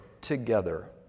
together